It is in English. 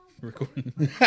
Recording